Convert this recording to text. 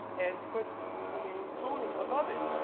and put the name tony above it.